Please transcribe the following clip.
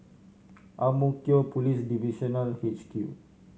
Ang Mo Kio Police Divisional H Q